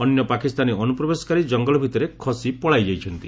ଅନ୍ୟ ପାକିସ୍ତାନୀ ଅନୁପ୍ରବେଶକାରୀ ଜଙ୍ଗଲ ଭିତରେ ଖସି ପଳାଇଯାଇଛନ୍ତି